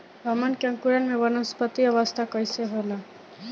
हमन के अंकुरण में वानस्पतिक अवस्था कइसे होला?